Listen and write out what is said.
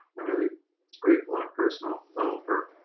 i'm really grateful on a personal level for